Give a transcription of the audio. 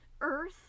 Earth